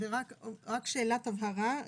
רק שאלת הבהרה.